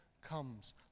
comes